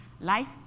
Life